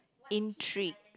intrigues